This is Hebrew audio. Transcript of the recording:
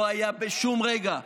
זה לא היה בשום רגע.